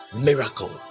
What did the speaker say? Miracle